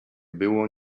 było